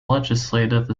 legislative